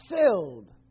filled